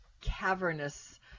cavernous –